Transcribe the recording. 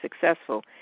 successful